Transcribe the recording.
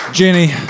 Jenny